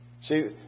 See